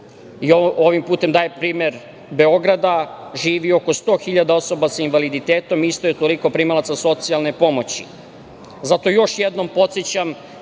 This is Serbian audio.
i ovim putem dajem primer Beograda, živi oko sto hiljada osoba sa invaliditetom, isto je toliko primalaca socijalne pomoći. Zato još jednom podsećam